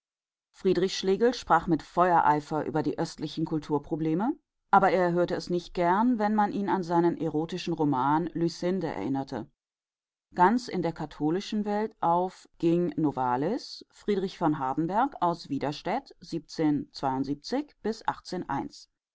friedrich schlegel sprach mit feuereifer über die östlichen kulturprobleme aber er hörte es nicht gern wenn man ihn an seinen erotischen roman lucinde erinnerte ganz in der katholischen welt ging novalis friedrich v hardenberg aus